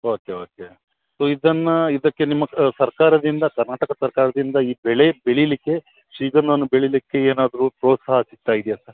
okay okay so ಇದನ್ನು ಇದಕ್ಕೆ ನಿಮ್ಮ ಸರ್ಕಾರದಿಂದ ಕರ್ನಾಟಕ ಸರ್ಕಾರದಿಂದ ಈ ಬೆಳೆ ಬೆಳೀಲಿಕ್ಕೆ ಶ್ರೀಗಂಧವನ್ನು ಬೆಳೀಲಿಕ್ಕೆ ಏನಾದರೂ ಪ್ರೋತ್ಸಾಹ ಸಿಗ್ತಾ ಇದೆಯಾ ಸರ್